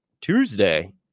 Tuesday